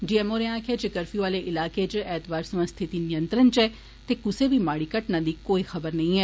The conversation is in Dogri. डीएम होरें आक्खेआ जे कप्यू आले इलाके च ऐतवारे थमां स्थिति नियंत्रण च ऐ ते कुसै बी माड़ी घटना दी कोई खबर नेई ऐ